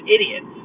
idiots